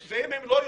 ואם הם לא יודעים,